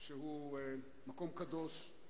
שהוא מקום קדוש,